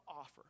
offer